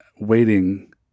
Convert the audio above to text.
waiting